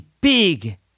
big